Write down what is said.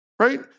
right